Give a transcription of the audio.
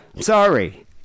Sorry